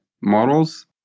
models